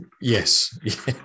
yes